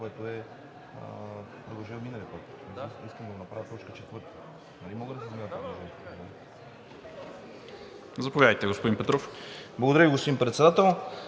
Благодаря Ви, господин Председател.